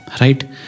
right